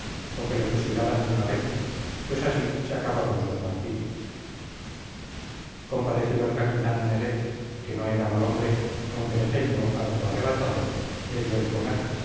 o que le fusilaran de una vez pues así se acababan sus martirios compadecido el capitán nelet que no era mal hombre aunque de genio harto arrebatado le dio de comer